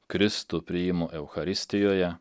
kristų priimu eucharistijoje